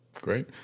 Great